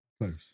Close